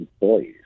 employees